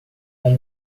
com